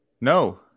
no